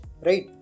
Right